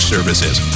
Services